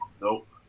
nope